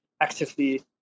actively